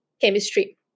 chemistry